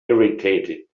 irritated